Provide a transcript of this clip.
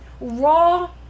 raw